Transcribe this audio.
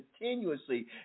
continuously